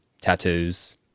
tattoos